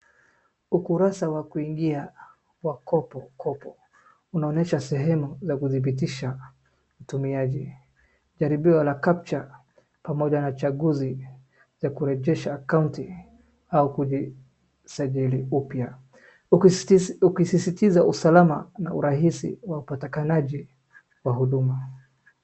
Ukurasa wa kuingia wa kopokopo unaonyesha sehemu ya kudhibitisha utumiaji wa akaunti jaribio la kaptcha pamoja na chaguzi za kurejesha kaunti au kujisajili upya huku ukisisitiza usalama na urahisi wa upatikanaji wa huduma.